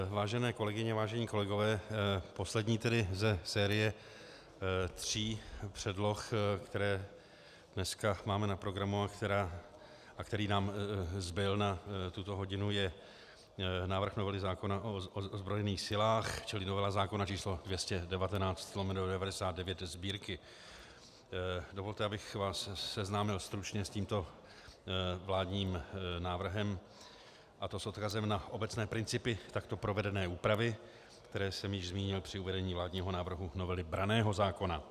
Vážené kolegyně, vážení kolegové, poslední ze série tří předloh, které dneska máme na programu a která nám zbyla na tuto hodinu, je návrh novely zákona o ozbrojených silách, čili novela zákona č. 219/1999 Sb. Dovolte, abych vás seznámil stručně s tímto vládním návrhem, a to s odkazem na obecné principy takto provedené úpravy, které jsem už zmínil při uvedení vládního návrhu novely branného zákona.